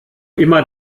immer